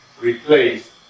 replaced